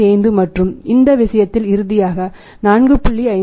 55 மற்றும் இந்த விஷயத்தில் இறுதியாக 4